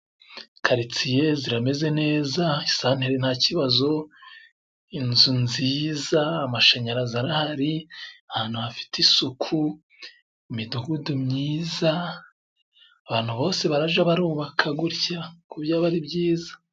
Karitsiye zirameze neza, isanteri nta kibazo, inzu nziza amashanyarazi arahari, ahantu hafite isuku, imidugudu myiza ,abantu bose baraje barubaka gutya kuko byaba ari byiza.